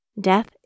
Death